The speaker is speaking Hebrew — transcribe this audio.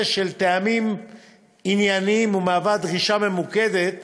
של טעמים ענייניים והיא דרישה ממוקדת